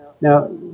now